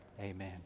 Amen